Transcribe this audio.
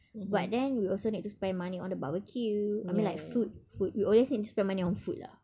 but then we also need to spend money on the barbecue I mean like food food we always need to spend money on food lah